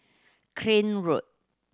Craig Road